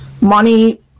money